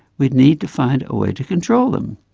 we'd need to find a way to control them.